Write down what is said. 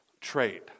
trade